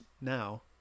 now